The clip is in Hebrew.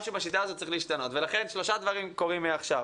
משהו בשיטה הזאת צריך להשתנות ולכן שלושה דברים קורים מעכשיו: